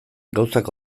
gauzak